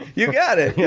yeah got it. yeah